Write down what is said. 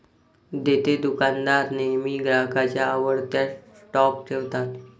देतेदुकानदार नेहमी ग्राहकांच्या आवडत्या स्टॉप ठेवतात